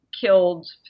killed